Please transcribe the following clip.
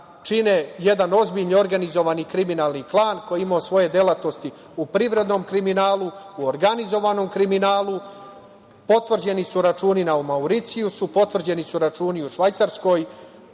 čine jedan ozbiljni organizovan kriminalni klan koji je imao svoje delatnosti u privrednom kriminalu, u organizovanom kriminalu, potvrđeni su računi na Mauricijusu, potvrđeni su računi u Švajcarskoj,